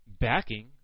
backing